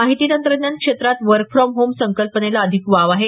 माहिती तंत्रज्ञान क्षेत्रात वर्क फ्रॉम होम संकल्पनेला अधिक वाव आहे